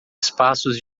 espaços